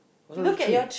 oh so there's three